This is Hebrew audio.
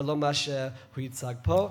ולא מה שהוא הציג פה.